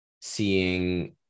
seeing